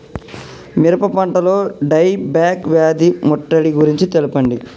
మిరప పంటలో die back వ్యాధి ముట్టడి గురించి తెల్పండి?